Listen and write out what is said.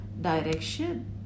direction